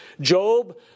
Job